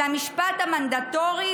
למשפט המנדטורי,